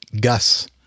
Gus